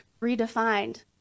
redefined